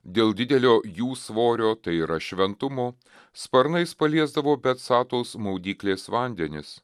dėl didelio jų svorio tai yra šventumo sparnais paliesdavo betsatos maudyklės vandenis